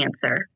cancer